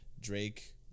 Drake